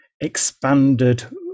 expanded